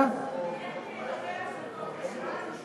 הבעיה היא איך הוא יקבל החלטות.